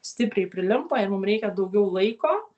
stipriai prilimpa ir mum reikia daugiau laiko